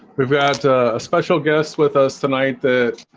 we've asked a special guest with us tonight that